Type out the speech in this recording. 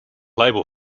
label